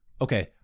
Okay